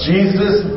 Jesus